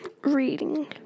Reading